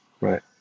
right